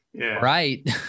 right